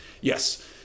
yes